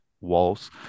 walls